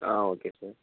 ah okay sir